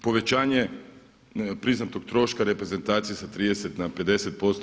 Povećanje priznatog troška reprezentacije sa 30 na 50%